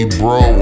bro